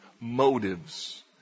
motives